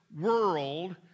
world